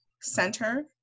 center